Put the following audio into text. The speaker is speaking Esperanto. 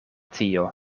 tio